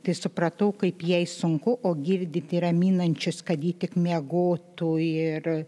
tai supratau kaip jai sunku o girdyt raminančius kad ji tik miegotų ir